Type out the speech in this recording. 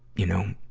you know,